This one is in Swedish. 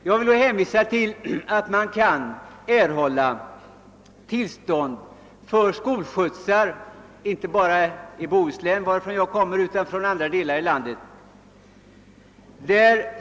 Man kan t.ex. mycket lätt erhålla tillstånd för skolskjutsar inte bara i Bohuslän, varifrån jag kommer, utan även i andra delar av landet.